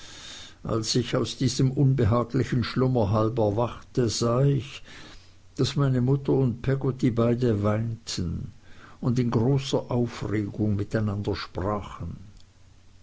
als ich aus diesem unbehaglichen schlummer halb erwachte sah ich daß meine mutter und peggotty beide weinten und in großer aufregung miteinander sprachen